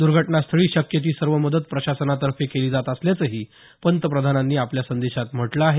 दुर्घटनास्थळी शक्य ती सर्व मदत प्रशासनातर्फे केली जात असल्याचंही पंतप्रधानांनी आपल्या संदेशात म्हटलं आहे